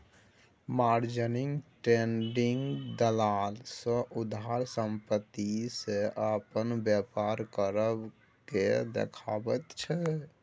margin trading दलाल सँ उधार संपत्ति सँ अपन बेपार करब केँ देखाबैत छै